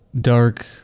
Dark